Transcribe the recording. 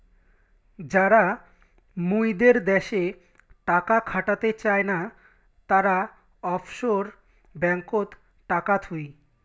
যারা মুইদের দ্যাশে টাকা খাটাতে চায় না, তারা অফশোর ব্যাঙ্ককোত টাকা থুই